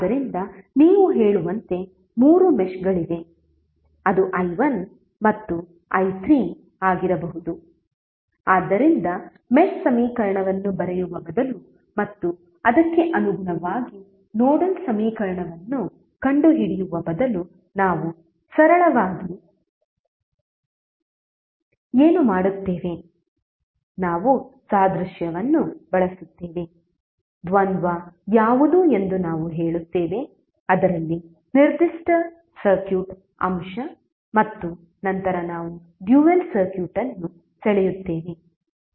ಆದ್ದರಿಂದ ನೀವು ಹೇಳುವಂತೆ 3 ಮೆಶ್ಗಳಿವೆ ಅದು i1 ಮತ್ತು i3 ಆಗಿರಬಹುದು ಆದ್ದರಿಂದ ಮೆಶ್ ಸಮೀಕರಣವನ್ನು ಬರೆಯುವ ಬದಲು ಮತ್ತು ಅದಕ್ಕೆ ಅನುಗುಣವಾಗಿ ನೋಡಲ್ ಸಮೀಕರಣವನ್ನು ಕಂಡುಹಿಡಿಯುವ ಬದಲು ನಾವು ಸರಳವಾಗಿ ಏನು ಮಾಡುತ್ತೇವೆ ನಾವು ಸಾದೃಶ್ಯವನ್ನು ಬಳಸುತ್ತೇವೆ ದ್ವಂದ್ವ ಯಾವುದು ಎಂದು ನಾವು ಹೇಳುತ್ತೇವೆ ಅದರಲ್ಲಿ ನಿರ್ದಿಷ್ಟ ಸರ್ಕ್ಯೂಟ್ ಅಂಶ ಮತ್ತು ನಂತರ ನಾವು ಡ್ಯುಯಲ್ ಸರ್ಕ್ಯೂಟ್ ಅನ್ನು ಸೆಳೆಯುತ್ತೇವೆ